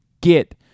get